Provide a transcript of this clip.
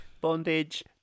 Bondage